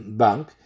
bank